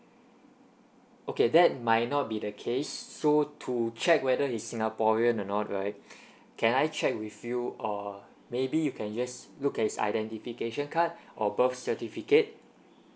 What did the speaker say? okay that might not be the case so to check whether he's singaporean or not right can I check with you or maybe you can just look at his identification card or birth certificate